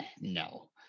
No